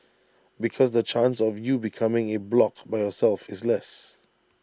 because the chance of you becoming A bloc by yourself is less